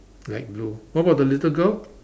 light blue what about the little girl